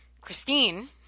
Christine